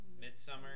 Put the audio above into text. Midsummer